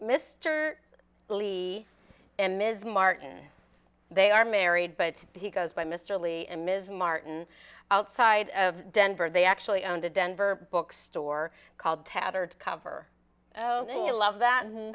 mr lee and ms martin they are married but he goes by mr lee and ms martin outside of denver they actually owned a denver bookstore called tattered cover a love that